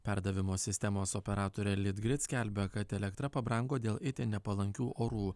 perdavimo sistemos operatorė litgrid skelbia kad elektra pabrango dėl itin nepalankių orų